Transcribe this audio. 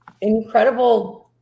incredible